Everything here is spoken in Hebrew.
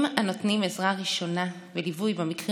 הם הנותנים עזרה ראשונה וליווי במקרים